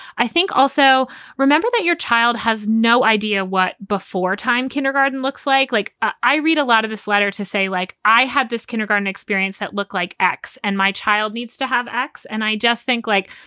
i think also remember that your child has no idea what before time kindergarten looks like. like i read a lot of this letter to say like i had this kindergarten experience that look like x and my child needs to have x. and i just think, like,